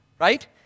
right